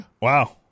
wow